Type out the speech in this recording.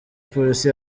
polisi